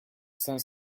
cinq